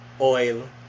oil